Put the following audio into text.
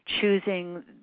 choosing